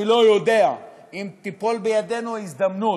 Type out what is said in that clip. אני לא יודע אם תיפול בידינו הזדמנות